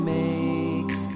makes